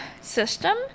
system